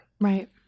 Right